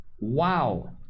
Wow